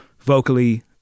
Vocally